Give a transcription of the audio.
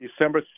December